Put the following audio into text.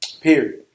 Period